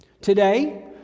Today